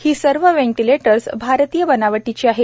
ही सर्व वेंटिलेटर्स भारतीय बनावटीची आहेत